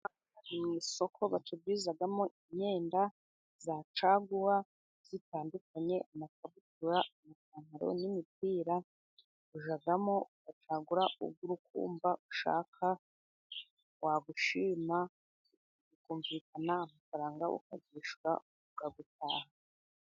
Mu isoko bacururizamo imyenda ya caguwa itandukanye, amakabutura, amapantaro n'imipira, ujyamo ugacagura uwo uri kumva ushaka, wawushima mukumvikana amafaranga, ukawishyura ukawutahana.